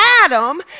Adam